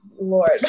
Lord